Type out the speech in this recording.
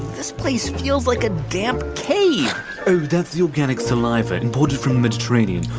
this place feels like a damp cave oh, that's the organic saliva imported from the mediterranean